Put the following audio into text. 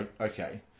okay